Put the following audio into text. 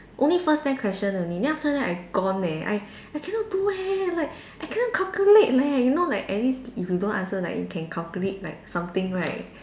only first ten question only then after that I gone eh I I cannot do eh like I cannot calculate leh you know like at least if you don't answer like at you can calculate like something right